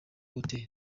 hotel